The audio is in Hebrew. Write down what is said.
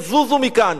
יזוזו מכאן.